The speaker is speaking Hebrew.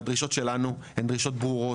והדרישות שלנו הם דרישות ברורות,